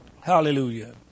Hallelujah